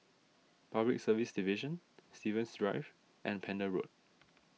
Public Service Division Stevens Drive and Pender Road